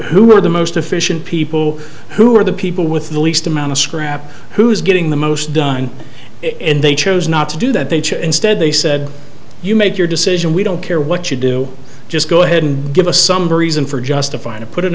who are the most efficient people who are the people with the least amount of scrap who's getting the most done it and they chose not to do that they instead they said you make your decision we don't care what you do just go ahead and give us some reason for justifying to put it